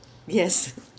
yes